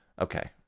Okay